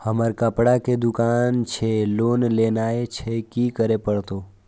हमर कपड़ा के दुकान छे लोन लेनाय छै की करे परतै?